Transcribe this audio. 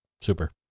super